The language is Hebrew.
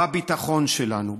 בביטחון שלנו,